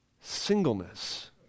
singleness